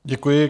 Děkuji.